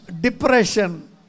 depression